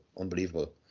Unbelievable